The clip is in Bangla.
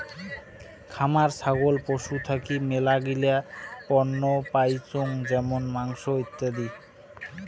খামার ছাগল পশু থাকি মেলাগিলা পণ্য পাইচুঙ যেমন মাংস, ইত্যাদি